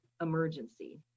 emergency